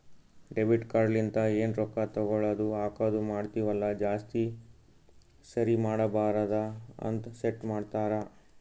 debit card ಲಿಂತ ಎನ್ ರೊಕ್ಕಾ ತಗೊಳದು ಹಾಕದ್ ಮಾಡ್ತಿವಿ ಅಲ್ಲ ಜಾಸ್ತಿ ಸರಿ ಮಾಡಬಾರದ ಅಂತ್ ಸೆಟ್ ಮಾಡ್ತಾರಾ